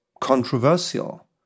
controversial